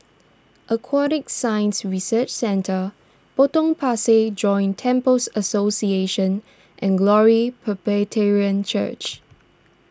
Aquatic Science Research Centre Potong Pasir Joint Temples Association and Glory Presbyterian Church